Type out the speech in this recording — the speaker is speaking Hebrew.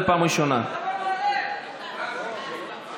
אדוני היושב-ראש, אני מבקש את הגנתך.